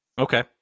Okay